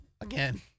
Again